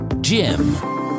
Jim